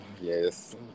yes